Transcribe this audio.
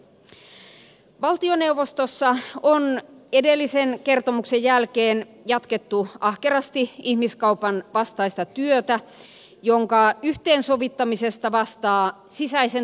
valtioneuvostossa on edellisen kertomuksen jälkeen jatkettu ahkerasti ihmiskaupan vastaista työtä jonka yhteensovittamisesta vastaa sisäisen turvallisuuden ministeriryhmä